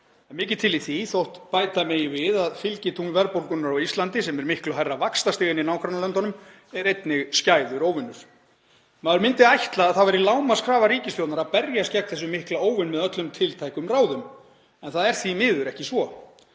mikið til í því þótt bæta megi við að fylgitungl verðbólgunnar á Íslandi, sem er miklu hærra vaxtastig en í nágrannalöndunum, er einnig skæður óvinur. Maður myndi ætla að það væri lágmarkskrafa ríkisstjórnar að berjast gegn þessum mikla óvini með öllum tiltækum ráðum en það er því miður ekki svo.